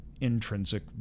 intrinsic